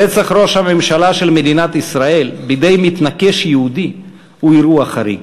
רצח ראש הממשלה של מדינת ישראל בידי מתנקש יהודי הוא אירוע חריג.